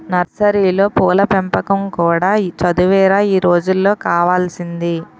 నర్సరీలో పూల పెంపకం కూడా చదువేరా ఈ రోజుల్లో కావాల్సింది